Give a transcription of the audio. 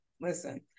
listen